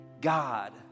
God